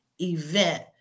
event